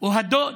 או הדוד